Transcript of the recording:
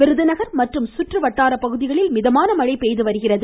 விருதுநகர் மற்றும் அதன் சுற்று வட்டார பகுதிகளில் மிதமான மழை பெய்து வருகிறது